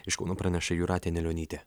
iš kauno praneša jūratė anilionytė